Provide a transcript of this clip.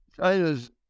China's